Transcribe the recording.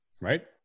right